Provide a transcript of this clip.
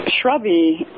shrubby